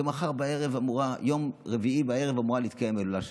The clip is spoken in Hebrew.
וביום רביעי בערב אמורה להתקיים ההילולה שלו.